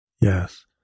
Yes